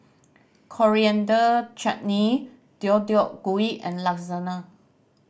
Coriander Chutney Deodeok Gui and Lasagna